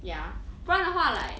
ya 不然的话 like